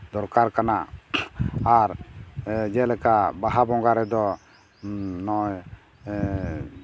ᱫᱚᱨᱠᱟᱨ ᱠᱟᱱᱟ ᱟᱨ ᱡᱮᱞᱮᱠᱟ ᱵᱟᱦᱟ ᱵᱚᱸᱜᱟ ᱨᱮᱫᱚ ᱱᱚᱜᱼᱚᱭ